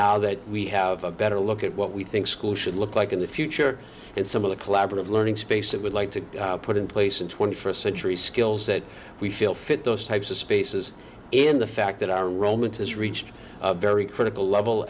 now that we have a better look at what we think schools should look like in the future and some of the collaborative learning space that would like to put in place in twenty first century skills that we feel fit those types of spaces in the fact that our romans has reached a very critical level